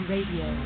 Radio